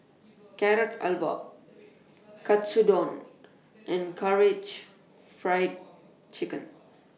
Carrot Halwa Katsudon and Karaage Fried Chicken